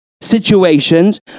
situations